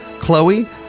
Chloe